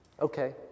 okay